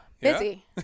busy